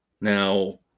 Now